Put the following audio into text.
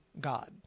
God